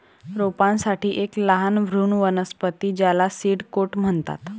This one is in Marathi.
रोपांसाठी एक लहान भ्रूण वनस्पती ज्याला सीड कोट म्हणतात